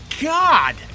God